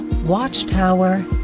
watchtower